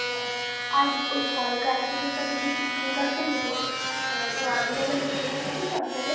হ্যাঁ আর ওই ফল গাছগুলোর সাথে কিছু ফুল গাছও নেব তো আধুলেবেল ফুল গাছ আছে তো আপনাদের